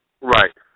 right